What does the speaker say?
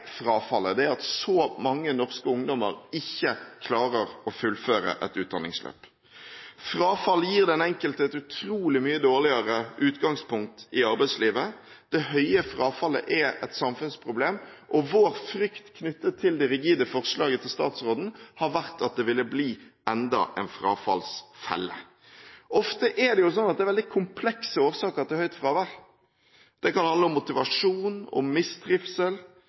frafallet – det at så mange norske ungdommer ikke klarer å fullføre et utdanningsløp. Frafall gir den enkelte et utrolig mye dårligere utgangspunkt i arbeidslivet. Det høye frafallet er et samfunnsproblem, og vår frykt knyttet til det rigide forslaget til statsråden har vært at det ville bli enda en frafallsfelle. Ofte er det veldig komplekse årsaker til høyt fravær. Det kan handle om motivasjon, om mistrivsel,